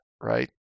right